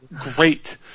great